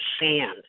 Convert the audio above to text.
sand